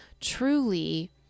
truly